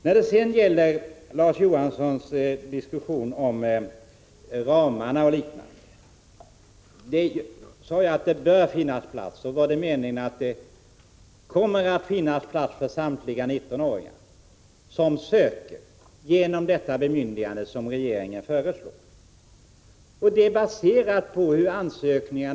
När det sedan gäller den diskussion om ramarna m.m. som Larz Johansson tar upp är det så att om jag har sagt att det bör finnas plats, var meningen den att det genom det bemyndigande som regeringen föreslår kommer att finnas plats för samtliga 19-åringar.